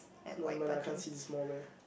doesn't matter I can't see the small bear